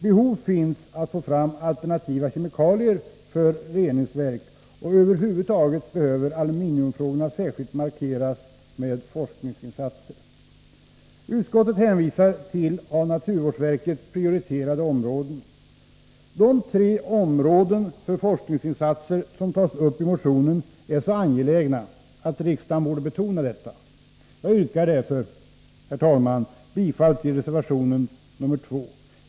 Behov finns av att få fram alternativa kemikalier för reningsverk, och över huvud taget behöver aluminiumfrågorna särskilt markeras i samband med forskningsinsatser. Utskottet hänvisar till av naturvårdsverket prioriterade områden. De tre områden för forskningsinsatser som tas upp i motionen är så angelägna att riksdagen borde betona detta. Jag yrkar därför, herr talman, bifall till reservation 2.